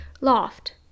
Loft